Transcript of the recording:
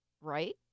right